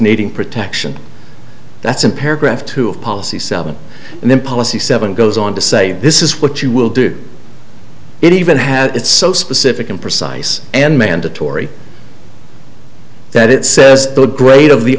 needing protection that's in paragraph two of policy seven and then policy seven goes on to say this is what you will do it even had it so specific and precise and mandatory that it says the grade of the